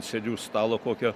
sėdžiu stalo kokio